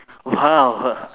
!wow!